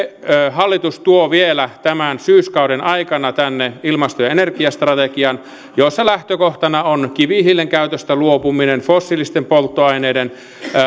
hallitus tuo vielä tämän syyskauden aikana tänne ilmasto ja energiastrategian jossa lähtökohtana on kivihiilen käytöstä luopuminen fossiilisten polttoaineiden